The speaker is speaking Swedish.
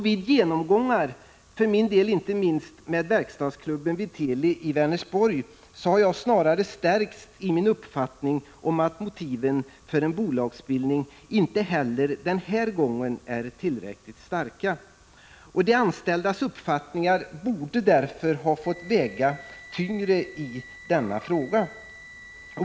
Vid genomgångar, för min del inte minst med verkstadsklubben vid Teli i Vänersborg, har jag snarare stärkts i min uppfattning att motiven för en bolagsbildning inte heller denna gång är tillräckligt starka. De anställdas åsikt borde därför ha fått väga tyngre i denna fråga.